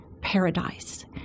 paradise